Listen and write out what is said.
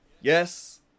Yes